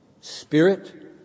spirit